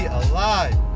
alive